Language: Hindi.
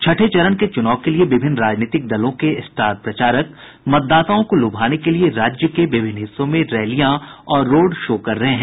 छठे चरण के चुनाव के लिए विभिन्न राजनीतिक दलों के स्टार प्रचारक मतदाताओं को लुभाने के लिए राज्य के विभिन्न हिस्सों में रैलियां और रोड शो कर रहे हैं